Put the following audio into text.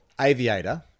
Aviator